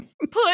put